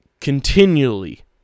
continually